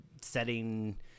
setting